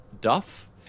Duff